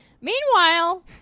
Meanwhile